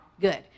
good